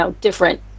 different